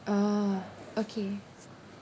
oh okay